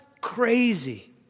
crazy